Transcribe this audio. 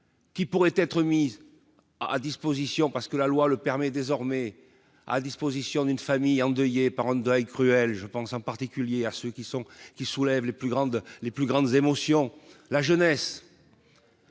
qui pourraient être mises à disposition, parce que la loi le permet désormais à disposition d'une famille endeuillée par un deuil cruel, je pense en particulier à ceux qui sont, qui soulève les plus grandes, les plus grandes émotions la jeunesse.